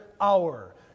hour